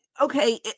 okay